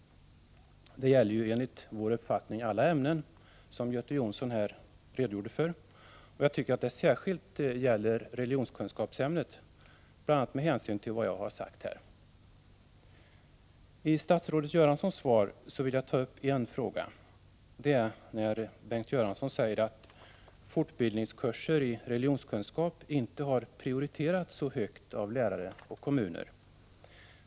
Detta gäller enligt vår uppfattning alla ämnen, som Göte Jonsson redogjorde för, men jag tycker att det särskilt bör gälla religionskunskapsämnet, bl.a. med hänsyn till vad jag har sagt här. I statsrådets svar är det en sak jag vill ta upp. Bengt Göransson säger att fortbildningskurser i religionskunskap inte har prioriterats så högt av lärare och kommuner.